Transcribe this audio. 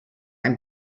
ein